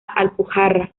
alpujarra